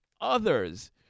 others